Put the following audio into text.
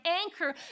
anchor